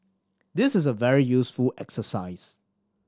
this is a very useful exercise